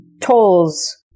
tolls